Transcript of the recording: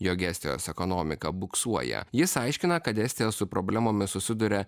jog estijos ekonomika buksuoja jis aiškina kad estija su problemomis susiduria